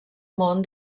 món